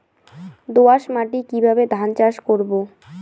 দোয়াস মাটি কিভাবে ধান চাষ করব?